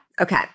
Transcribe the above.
Okay